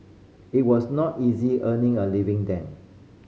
it was not easy earning a living then